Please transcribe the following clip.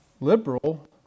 liberal